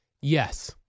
Yes